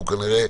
הוא כנראה